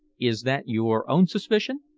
is that your own suspicion?